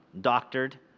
doctored